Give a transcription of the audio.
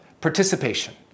Participation